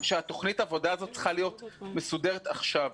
שתוכנית העבודה הזאת צריכה להיות מסודרת עכשיו.